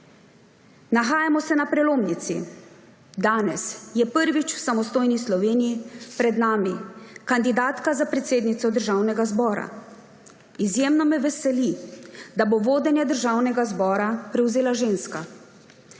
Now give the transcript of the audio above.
Nahajamo se na prelomnici. Danes je prvič v samostojni Sloveniji pred nami kandidatka za predsednico Državnega zbora. Izjemno me veseli, da bo vodenje Državnega zbora prevzela ženska.